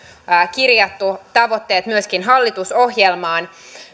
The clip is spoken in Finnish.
kirjattu tavoitteet myöskin hallitusohjelmaan